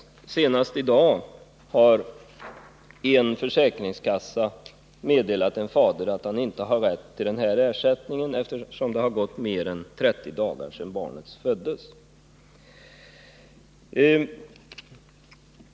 Senast i dag har en försäkringskassa meddelat en fader att han inte har rätt till den här ersättningen, eftersom det har förflutit mer än 30 dagar sedan barnet föddes.